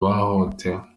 bahohotewe